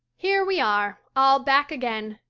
here we are, all back again,